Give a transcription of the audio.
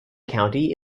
county